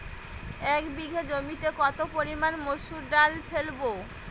এক বিঘে জমিতে কত পরিমান মুসুর ডাল ফেলবো?